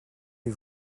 les